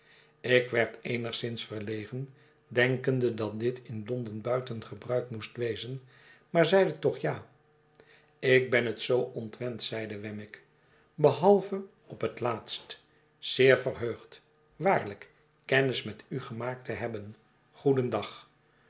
ik werd eenigszins verlegen denkende dat dit in londen buiten gebruik moest wezen maar zeide toch ja ik ben het zoo ontwend zeide wemmick behalve op het laatst zeer verheugd waarlijk kennis met u gemaakt te hebben goedendag